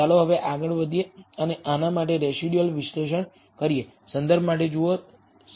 ચાલો હવે આગળ વધીએ અને આના માટે રેસિડયુઅલ વિશ્લેષણ કરીએ